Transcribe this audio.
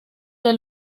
der